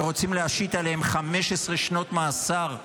ורוצים להשית עליהם 15 שנות מאסר,